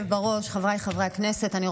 חברת הכנסת יסמין פרידמן.